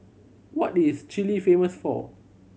what is Chile famous for